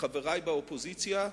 לחברי באופוזיציה: